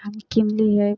हम किनलिए